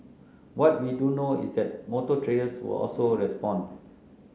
what we do know is that motor traders will also respond